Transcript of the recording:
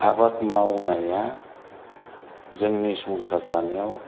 आबाद मावनाया जोंनि संसार जानायाव